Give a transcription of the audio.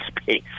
space